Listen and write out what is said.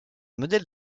modèle